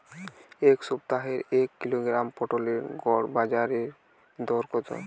এ সপ্তাহের এক কিলোগ্রাম পটলের গড় বাজারে দর কত?